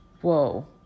Whoa